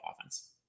offense